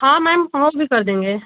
हाँ ma'am off भी कर देंगे